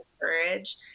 courage